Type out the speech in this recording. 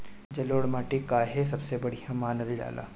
जलोड़ माटी काहे सबसे बढ़िया मानल जाला?